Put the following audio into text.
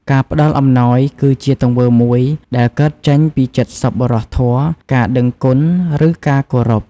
ការផ្ដល់អំណោយ គឺជាទង្វើមួយដែលកើតចេញពីចិត្តសប្បុរសធម៌ ការដឹងគុណ ឬការគោរព។